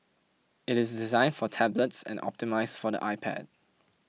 it is designed for tablets and optimised for the iPad